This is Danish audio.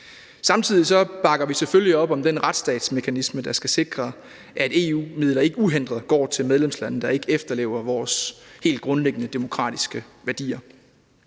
Samtidig bakker vi selvfølgelig op om den retsstatsmekanisme, der skal sikre, at EU-midler ikke uhindret går til medlemslande, der ikke efterlever vores helt grundlæggende demokratiske værdier.